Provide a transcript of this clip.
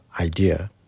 idea